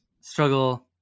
struggle